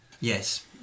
yes